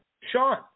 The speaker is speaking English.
Sean